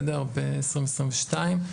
ב-2022,